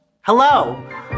Hello